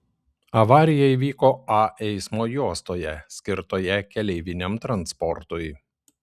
avarija įvyko a eismo juostoje skirtoje keleiviniam transportui